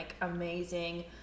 amazing